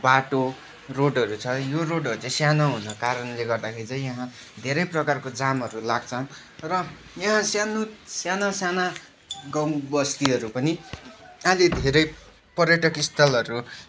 बाटो रोडहरू छ यो रोडहरू सानो हुनाको कारणले गर्दाखेरि चाहिँ यहाँ धेरै प्रकारको जामहरू लाग्छ र यहाँ सानो साना साना गाउँबस्तीहरू पनि अहिले धेरै पर्यटकस्थलहरू